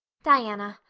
diana,